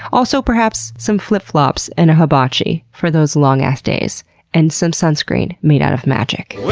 also, perhaps, some flip-flops and a hibachi for those long-ass days and some sunscreen made out of magic.